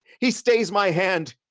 he stays my hand,